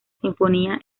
sinfonía